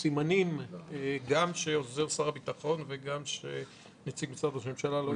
סימנים שגם עוזר שר הביטחון וגם נציג משרד ראש הממשלה לא כאן?